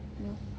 no